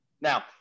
Now